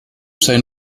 seien